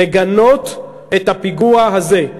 לגנות את הפיגוע הזה.